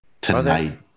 tonight